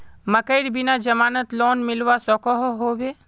मकईर बिना जमानत लोन मिलवा सकोहो होबे?